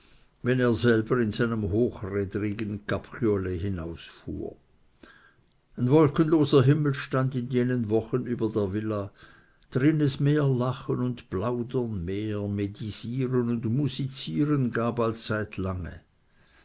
wenn er selber in seinem hochrädrigen kabriolett hinausfuhr ein wolkenloser himmel stand in jenen wochen über der villa drin es mehr lachen und plaudern mehr medisieren und musizieren gab als seit lange